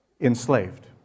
enslaved